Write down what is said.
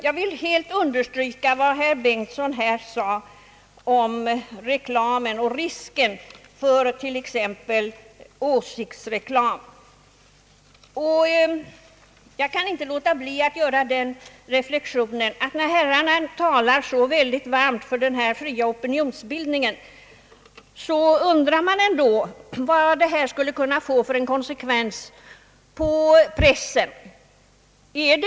Jag vill helt understryka vad herr Bengtson här sade om reklamen och risken för t.ex. åsiktsreklam. Jag kan inte låta bli att göra den reflexionen att när herrarna talar så väldigt varmt för den fria opinionsbildningen — vad får detta för konsekvens för pressen?